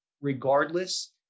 regardless